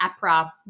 APRA